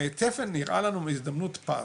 תפן נראתה לנו הזדמנות פז,